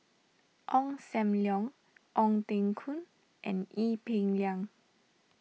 Ong Sam Leong Ong Teng Koon and Ee Peng Liang